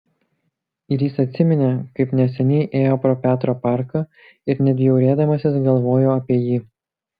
ir jis atsiminė kaip neseniai ėjo pro petro parką ir net bjaurėdamasis galvojo apie jį